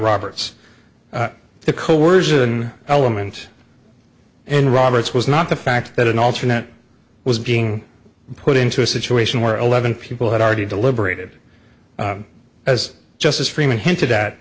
roberts the coersion element in roberts was not the fact that an alternate was being put into a situation where eleven people had already deliberated as justice freiman hinted at